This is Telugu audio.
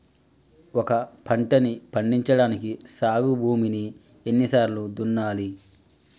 ఒక పంటని పండించడానికి సాగు భూమిని ఎన్ని సార్లు దున్నాలి?